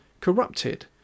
corrupted